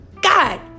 god